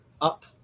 up